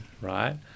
right